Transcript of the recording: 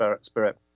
spirit